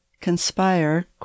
conspire